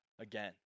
again